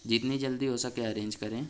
جتنی جلدی ہوسکے ارینج کریں